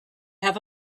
have